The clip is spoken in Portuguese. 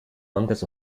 mangas